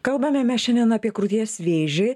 kalbame šiandien apie krūties vėžį